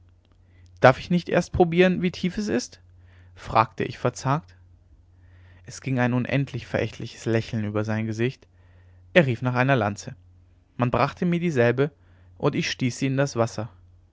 darf ich nicht erst probieren wie tief es ist fragte ich verzagt es ging ein unendlich verächtliches lächeln über sein gesicht er rief nach einer lanze man brachte mir dieselbe und ich stieß sie in das wasser